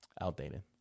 outdated